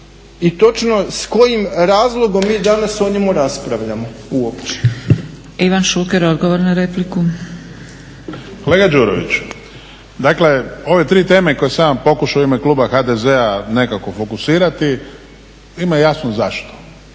i točno s kojim razlogom mi danas o njemu raspravljamo uopće. **Zgrebec, Dragica (SDP)** Ivan Šuker, odgovor na repliku. **Šuker, Ivan (HDZ)** Kolega Đurović, dakle ove tri teme koje sam ja pokušao u ime kluba HDZ-a nekako fokusirati ima jasno zašto.